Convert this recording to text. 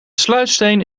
sluitsteen